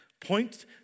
Point